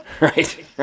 Right